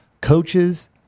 coaches